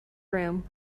room